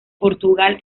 portugal